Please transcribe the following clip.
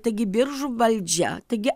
taigi biržų valdžia taigi